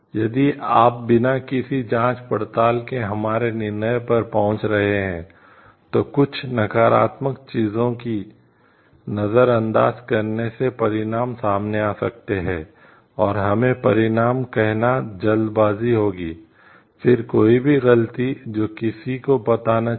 यदि आप बिना किसी जाँच पड़ताल के हमारे निर्णय पर पहुँच रहे हैं तो कुछ नकारात्मक चीज़ों को नज़रअंदाज़ करने से परिणाम सामने आ सकते हैं और हमें परिणाम कहना जल्दबाज़ी होगी फिर कोई भी गलती जो किसी को पता न चले